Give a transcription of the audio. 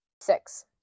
Six